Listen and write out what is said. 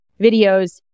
videos